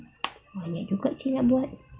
banyak juga seh nak buat